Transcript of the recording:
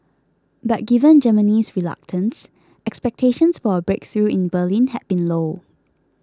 but given Germany's reluctance expectations for a breakthrough in Berlin had been low